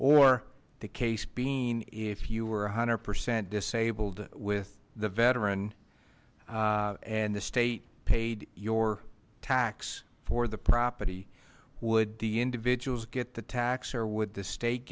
or the case being if you were a hundred percent disabled with the veteran and the state paid your tax for the property would the individuals get the tax or would the state